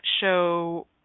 show